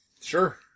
Sure